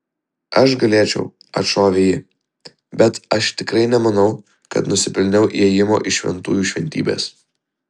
aš galėčiau atšovė ji bet aš tikrai nemanau kad nusipelniau įėjimo į šventųjų šventybes